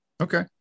Okay